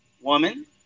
Woman